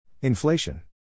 Inflation